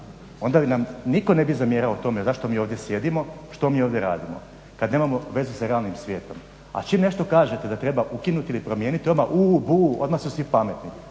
nam nitko ne bi zamjerao o tome zašto mi ovdje sjedimo, što mi ovdje radimo kada nemamo vezu sa realnim svijetom. A čim nešto kažete da treba ukinuti ili promijeniti odmah uuu, buu,